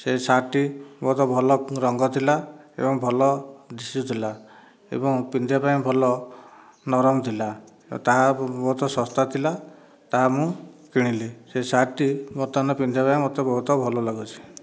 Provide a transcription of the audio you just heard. ସେହି ସାର୍ଟଟି ବହୁତ ଭଲ ରଙ୍ଗ ଥିଲା ଏବଂ ଭଲ ଦିଶୁଥିଲା ଏବଂ ପିନ୍ଧିବା ପାଇଁ ଭଲ ନରମ ଥିଲା ତାହା ବହୁତ ଶସ୍ତା ଥିଲା ତାହା ମୁଁ କିଣିଲି ସେ ସାର୍ଟଟି ବର୍ତ୍ତମାନ ପିନ୍ଧିବା ପାଇଁ ମୋତେ ବହୁତ ଭଲ ଲାଗୁଛି